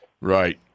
Right